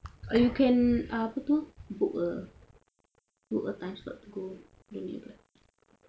or you can uh apa tu book a book a time slot to go donate blood